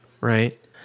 Right